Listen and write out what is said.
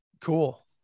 cool